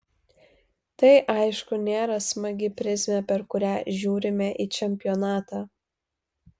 tai aišku nėra smagi prizmė per kurią žiūrime į čempionatą